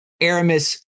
Aramis